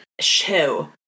show